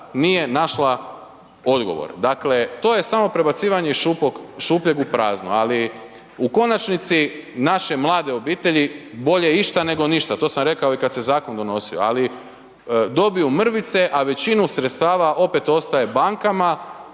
nije našla odgovor. Dakle to je samo prebacivanje iz šupljeg u prazno ali u konačnici naše mlade obitelji bolje išta nego ništa, to sam rekao i kad se zakon donosio ali dobiju mrvice a većinu sredstava opet ostaje bankama